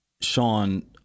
Sean